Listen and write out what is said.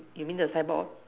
you mean the signboard